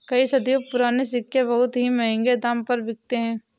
कई सदियों पुराने सिक्के बहुत ही महंगे दाम पर बिकते है